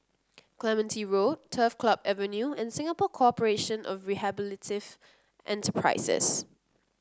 Clementi Road Turf Club Avenue and Singapore Corporation of Rehabilitative Enterprises